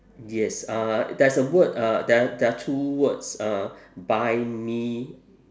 yes uh there's a word uh there are there are two words uh buy me